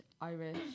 Irish